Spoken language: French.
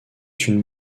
une